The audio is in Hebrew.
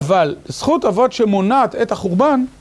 אבל זכות אבות שמונעת את החורבן